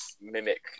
mimic